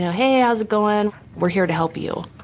hey, how is it going? we're here to help you.